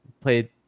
played